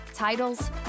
Titles